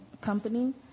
company